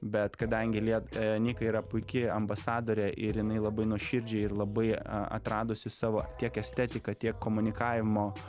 bet kadangi lie nikai yra puiki ambasadorė ir jinai labai nuoširdžiai ir labai a atradusi savo tiek estetiką tiek komunikavimo